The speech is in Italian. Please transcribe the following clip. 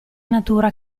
natura